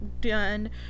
done